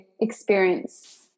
experience